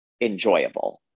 enjoyable